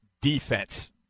defense